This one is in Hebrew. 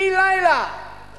בן-לילה.